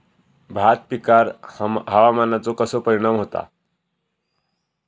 भात पिकांर हवामानाचो कसो परिणाम होता?